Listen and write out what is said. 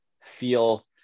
feel